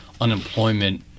unemployment